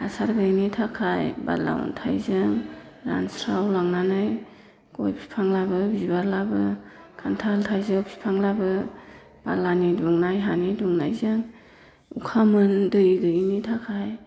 हासार गैयिनि थाखाय बाला अन्थायजों रानस्राव लांनानै गय बिफाङाबो बिबारलाबो खान्थाल थायजौ बिफांलाबो बालानि दुंनाय हानि दुंनायजों अखा मोनै दै गैयिनि थाखाय